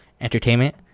entertainment